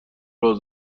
راه